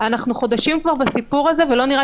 אנחנו חודשים כבר בסיפור הזה ולא נראה